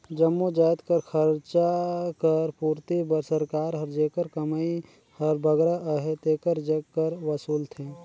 जम्मो जाएत कर खरचा कर पूरती बर सरकार हर जेकर कमई हर बगरा अहे तेकर जग कर वसूलथे